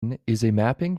mapping